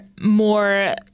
more